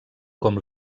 com